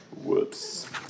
Whoops